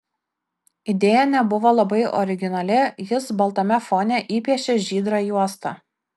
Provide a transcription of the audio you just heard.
idėja nebuvo labai originali jis baltame fone įpiešė žydrą juostą